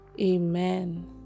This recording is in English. amen